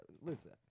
listen